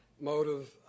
Motive